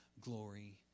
glory